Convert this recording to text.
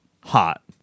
hot